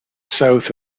south